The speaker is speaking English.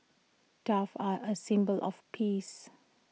doves are A symbol of peace